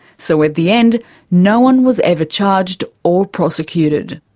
so at the end no one was ever charged or prosecuted.